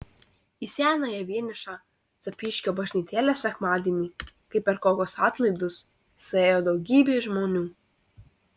į senąją vienišą zapyškio bažnytėlę sekmadienį kaip per kokius atlaidus suėjo daugybė žmonių